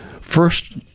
First